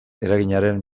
eraginaren